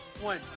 one